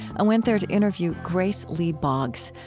went there to interview grace lee boggs,